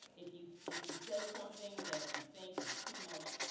if you, if you say something that you think is too much,